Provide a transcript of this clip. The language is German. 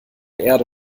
erde